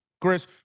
Chris